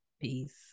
Peace